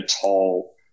tall